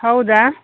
ಹೌದಾ